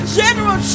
general